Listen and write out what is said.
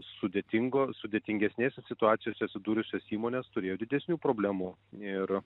sudėtingo sudėtingesnėse situacijose atsidūrusios įmonės turėjo didesnių problemų ir